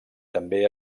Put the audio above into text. també